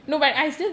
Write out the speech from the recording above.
ya